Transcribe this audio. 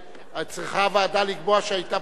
צריכה הוועדה לקבוע שהיתה פגיעה.